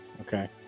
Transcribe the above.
okay